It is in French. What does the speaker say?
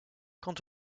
quant